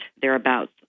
thereabouts